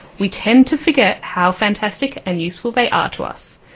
we tend to forget how fantastic and useful they are to us.